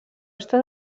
està